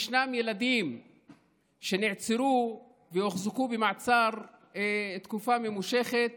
ישנם ילדים שנעצרו והוחזקו במעצר תקופה ממושכת